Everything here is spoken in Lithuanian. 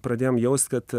pradėjom jaust kad